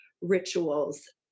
rituals